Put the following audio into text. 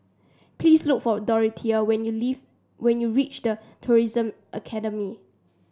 please look for Dorthea when you leave when you reach The Tourism Academy